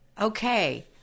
okay